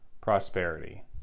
prosperity